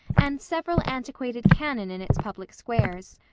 and several antiquated cannon in its public squares.